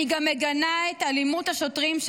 אני מגנה גם את אלימות השוטרים,